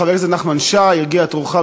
חבר הכנסת נחמן שי, הגיע תורך.